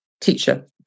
teacher